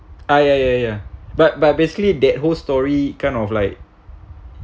ah ya ya ya but but basically that whole story kind of like